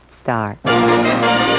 Star